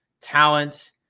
talent